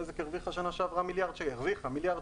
בזק הרוויחה בשנה שעברה מיליארד שקלים.